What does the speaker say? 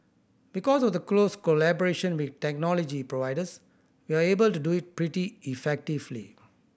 because of the close collaboration with technology providers we are able to do it pretty effectively